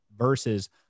versus